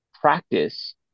practice